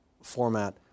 format